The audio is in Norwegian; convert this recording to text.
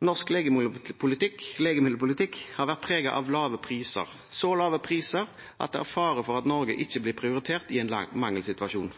Norsk legemiddelpolitikk har vært preget av lave priser, så lave priser at det er fare for at Norge ikke blir prioritert i en mangelsituasjon.